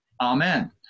Amen